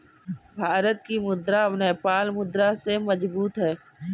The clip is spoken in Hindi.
भारत की मुद्रा नेपाल की मुद्रा से मजबूत है